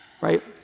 right